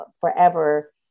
forever